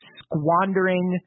squandering